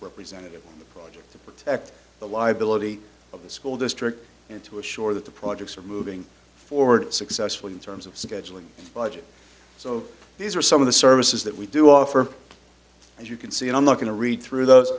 representative project to protect the liability of the school district and to assure that the projects are moving forward successfully in terms of scheduling budget so these are some of the services that we do offer and you can see and i'm not going to read through those